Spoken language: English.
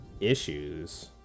Issues